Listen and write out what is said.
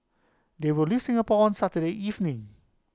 they will leave Singapore on Saturday evening